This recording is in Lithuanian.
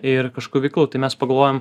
ir kažkokių veiklų tai mes pagalvojom